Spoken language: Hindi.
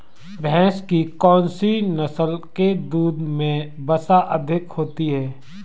भैंस की कौनसी नस्ल के दूध में वसा अधिक होती है?